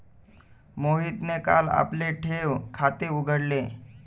मोहितने काल आपले ठेव खाते उघडले